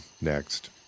next